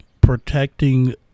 protecting